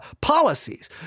policies